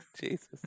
Jesus